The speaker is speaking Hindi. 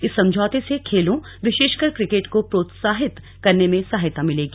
इस समझौते से खेलों विशेषकर किकेट को प्रोत्साहित करने में सहायता मिलेगी